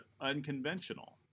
unconventional